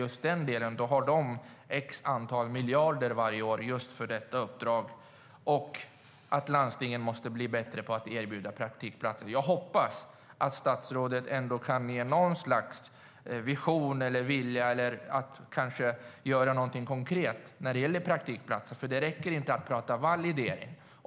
Arbetsförmedlingen har ett antal miljarder varje år för just det uppdraget. Landstingen måste bli bättre på att erbjuda praktikplatser. Jag hoppas att statsrådet har någon vision och kan visa något slags vilja att göra någonting konkret när det gäller praktikplatser. Det räcker inte att tala om validering.